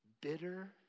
bitter